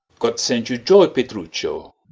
god send you joy, petruchio!